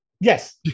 Yes